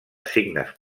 signes